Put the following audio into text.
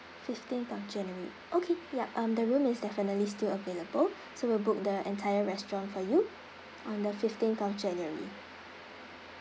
fifteen of january okay yup um the room is definitely still available so we'll book the entire restaurant for you on the fifteen of january